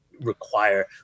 require